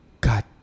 god